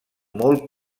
molt